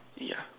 yeah